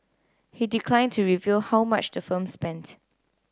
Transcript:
he declined to reveal how much the firm spent